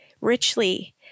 richly